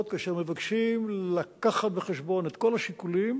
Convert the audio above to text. כאשר מבקשים להביא בחשבון את כל השיקולים,